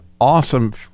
awesome